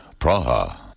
Praha